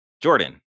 Jordan